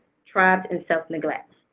tribes, and self-neglect.